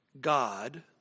God